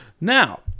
Now